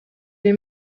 den